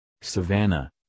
savannah